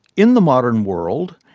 in the modern world,